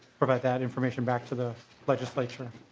provided information back to the legislature.